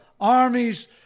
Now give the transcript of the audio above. armies